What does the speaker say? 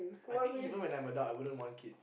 I think even when I'm adult I wouldn't want kids